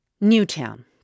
Newtown